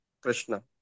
Krishna